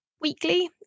weekly